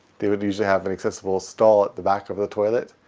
they would usually have an accessible stall at the back of the toilet,